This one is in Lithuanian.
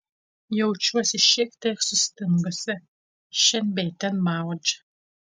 jaučiuosi šiek tiek sustingusi šen bei ten maudžia